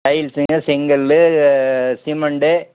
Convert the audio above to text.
டைல்ஸுங்க செங்கல் சிமெண்ட்டு